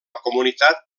comunitat